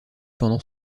pendant